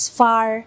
far